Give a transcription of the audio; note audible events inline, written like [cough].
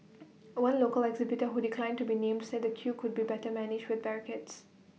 [noise] one local exhibitor who declined to be named said the queue could be better managed with barricades